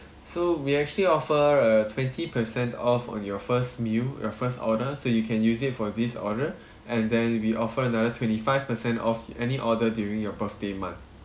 so we actually offer a twenty percent off on your first meal your first order so you can use it for this order and then we offer another twenty five percent off any order during your birthday month